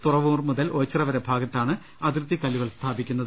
തുറവൂർ മുതൽ ഓച്ചിറ വരെ ഭാഗത്താണ് അതിർത്തി കല്ലുകൾ സ്ഥാപിക്കുന്നത്